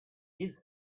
his